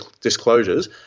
disclosures